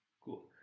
Cool